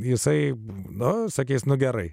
jisai na sakys nu gerai